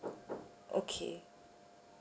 okay